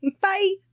Bye